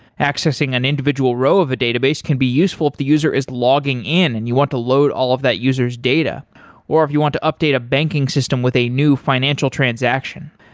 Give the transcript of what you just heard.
accessing an individual row of a database can be useful if the user is logging in and you want to load all of that user's data or if you want to update a banking system with a new financial transaction.